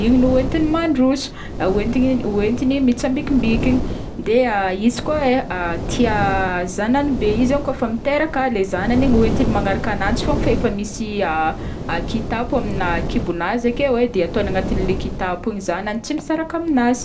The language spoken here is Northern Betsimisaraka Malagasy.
igny no hoentigny mandroso, hoentigny hoentigny mitsambikimbikigna, de izy koa hoe tia zagnany be izy kaofa miteraka, le zagnany igny hoentiny manaraka ananjy fogna fa efa misy kitapo amina kibon'azy akeo e de ataony agnatinle kitapo igny zagnany de tsy misaraka amin'azy.